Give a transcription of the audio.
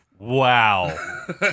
Wow